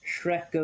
Shrek